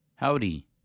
Howdy